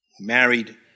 married